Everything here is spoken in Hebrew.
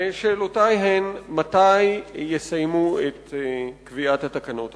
ושאלותי הן: מתי יסיימו את קביעת התקנות הללו,